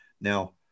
Now